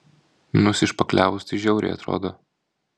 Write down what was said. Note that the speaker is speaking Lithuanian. nusišpakliavus tai žiauriai atrodo